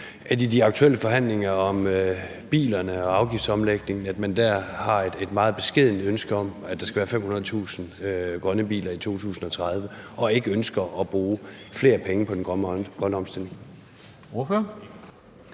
så i de aktuelle forhandlinger om bilerne og afgiftsomlægningen har et meget beskedent ønske om, at der skal være 500.000 grønne biler i 2030, og ikke ønsker at bruge flere penge på den grønne omstilling? Kl.